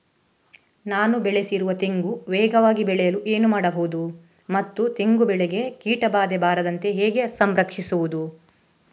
ನಾನು ಬೆಳೆಸಿರುವ ತೆಂಗು ವೇಗವಾಗಿ ಬೆಳೆಯಲು ಏನು ಮಾಡಬಹುದು ಮತ್ತು ತೆಂಗು ಬೆಳೆಗೆ ಕೀಟಬಾಧೆ ಬಾರದಂತೆ ಹೇಗೆ ಸಂರಕ್ಷಿಸುವುದು?